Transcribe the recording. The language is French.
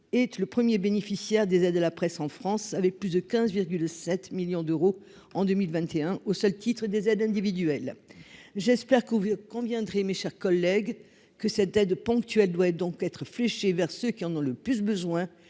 et le 1er bénéficiaire des aides de la presse en France avec plus de 15 7 millions d'euros en 2021 au seul titre des aides individuelles, j'espère qu'au vu combien trier mes chers collègues, que cette aide ponctuelle doit donc être fléché vers ceux qui en ont le plus besoin